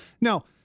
Now